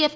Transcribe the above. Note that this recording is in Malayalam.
എഫ്